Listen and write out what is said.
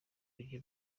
ibiryo